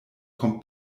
kommt